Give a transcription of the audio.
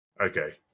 Okay